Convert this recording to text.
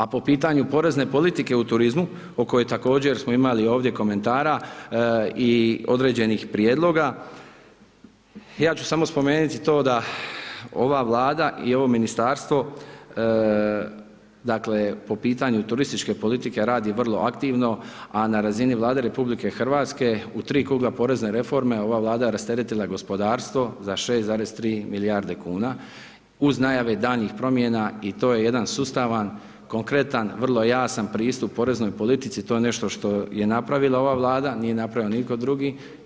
A po pitanju porezne politike u turizmu o kojoj također smo imali ovdje komentara i određenih prijedloga, ja ću samo spomenuti to da ova Vlada i ovo ministarstvo dakle po pitanju turističke politike radi vrlo aktivno a na razini Vlade RH u tri kruga porezne reforme ova Vlada rasteretila je gospodarstvo za 6,3 milijarde kuna uz najave daljnjih promjena i to je jedan sustavan, konkretan, vrlo jasan pristup poreznoj politici, to je nešto što je napravila ova Vlada, nije napravio nitko drugi.